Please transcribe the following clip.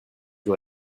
que